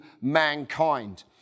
mankind